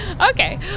Okay